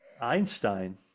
Einstein